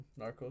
Narcos